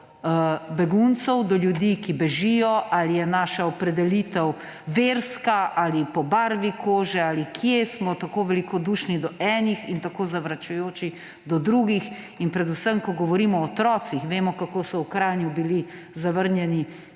do beguncev, do ljudi, ki bežijo: ali je naša opredelitev verska, ali po barvi kože, ali kje smo tako velikodušni do enih in tako zavračajoči do drugih. In predvsem, ko govorimo o otrocih – vemo, kako je bilo v Kranju zavrnjenih